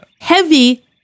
Heavy